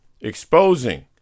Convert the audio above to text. exposing